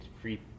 free